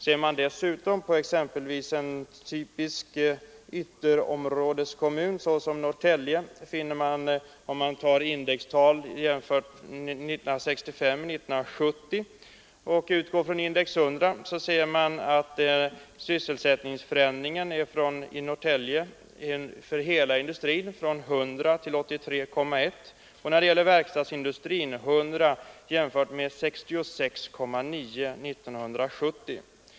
Ser man dessutom på en typisk ytterområdeskommun som exempelvis Norrtälje, finner man att sysselsättningen från år 1965 till 1970 uttryckt i indextal i Norrtälje för hela industrin minskade från 100 till 83,1 och när det gäller verkstadsindustrin från 100 till 66,9.